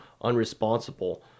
unresponsible